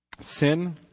sin